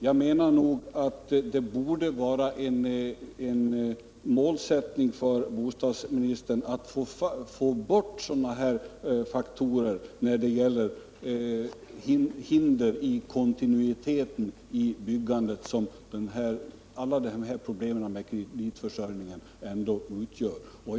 Jag anser att det borde vara en målsättning för bostadsministern att undanröja sådana hinder i kontinuiteten i byggandet som alla dessa problem med kreditförsörjningen ändå utgör.